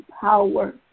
power